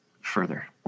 further